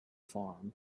farm